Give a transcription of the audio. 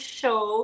show